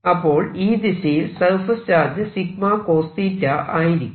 അപ്പോൾ ഈ ദിശയിൽ സർഫേസ് ചാർജ് ആയിരിക്കും